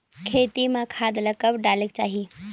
खेती म खाद ला कब डालेक चाही?